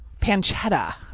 pancetta